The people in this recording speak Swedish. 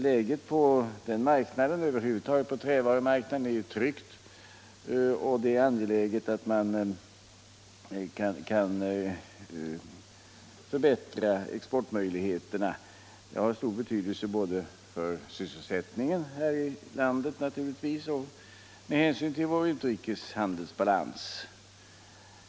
Läget på denna marknad liksom på trävarumarknaden över huvud taget är tryckt, och det är angeläget att man kan förbättra exportmöjligheterna. Det har stor betydelse både för sysselsättningen här i landet och för vår utrikeshandelsbalans.